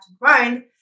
grind